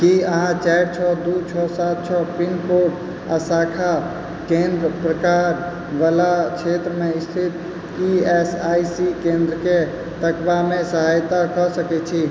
की अहाँ चारि छओ दू छओ सात छओ पिन कोड आ शाखा केंद्र प्रकार वला क्षेत्रमे स्थित ई एस आई सी केंद्रकेँ तकबामे सहायता कऽ सकैत छी